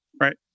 right